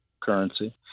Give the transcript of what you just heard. currency